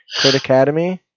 critacademy